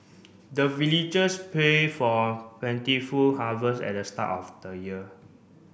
the villagers pray for plentiful harvest at the start of the year